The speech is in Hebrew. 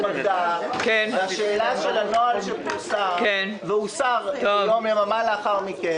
השאלה של הנוהל שפורסם והוסר יממה לאחר מכן,